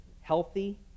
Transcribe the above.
healthy